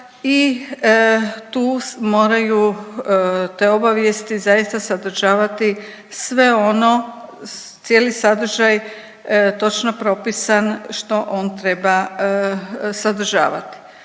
i tu moraju te obavijesti zaista sadržavati sve ono, cijeli sadržaj točno propisan što on treba sadržavati.